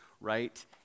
right